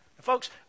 Folks